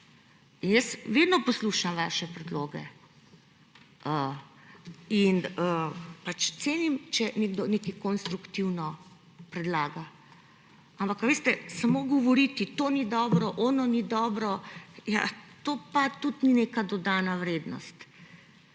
Jaz vedno poslušam vaše predloge in cenim, če nekdo nekaj konstruktivno predlaga, ampak samo govoriti, da to ni dobro, tisto ni dobro, to pa tudi ni neka dodana vrednost!